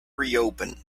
reopen